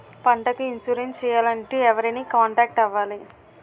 పంటకు ఇన్సురెన్స్ చేయాలంటే ఎవరిని కాంటాక్ట్ అవ్వాలి?